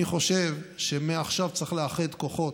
אני חושב שמעכשיו צריך לאחד כוחות,